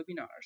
webinars